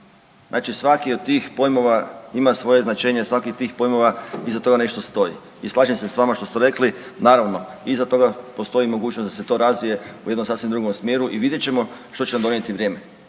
Znači svaki od tih pojmova ima svoje značenje, svaki od tih pojmova iza toga nešto stoji. I slažem se s vama što ste rekli, naravno iza toga postoji mogućnost da se to razvije u jednom sasvim drugom smjeru i vidjet ćemo što će nam donijeti vrijeme.